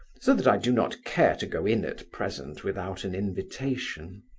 so that i do not care to go in at present without an invitation.